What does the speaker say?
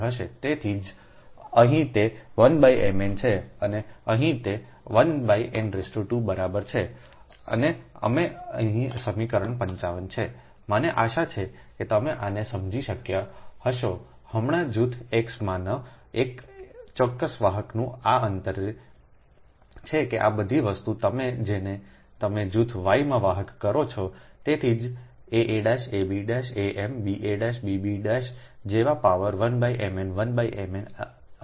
તેથી તે 1 mn હશે અને તે 1 n 2 બરાબર હશે તેથી જ અહીં તે 1 mn છે અને અહીં તે 1 n 2 બરાબર છે અને આ સમીકરણ 55 છે મને આશા છે કે તમે આને સમજી શક્યા હો હમણાં જૂથ X માંના એક ચોક્કસ વાહકનું આ અંતર છે કે આ બધી વસ્તુ તમે જેને તમે જૂથ Y માં વાહક કરો છો તેથી જ aa ab am ba bb' જેવા પાવર 1 mn 1 mn અને આ જૂથમાં છે